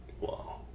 Wow